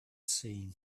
seen